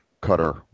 cutter